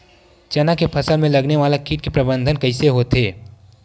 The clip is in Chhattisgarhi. चना के फसल में लगने वाला कीट के प्रबंधन कइसे होथे?